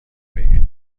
بگیرید